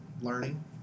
learning